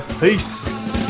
Peace